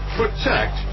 protect